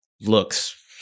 looks